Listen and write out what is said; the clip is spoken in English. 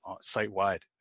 site-wide